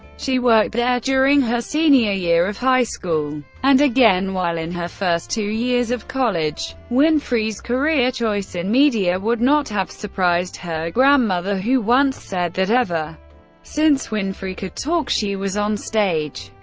she worked there during her senior year of high school, and again while in her first two years of college. winfrey's career choice in media would not have surprised her grandmother, who once said that ever since winfrey could talk, she was on stage.